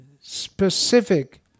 specific